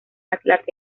ventanas